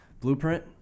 Blueprint